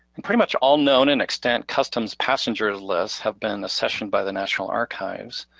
and pretty much all known and extant customs passenger lists have been accessioned by the national archives,